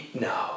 No